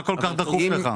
מה כל כך דחוף לך?